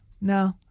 no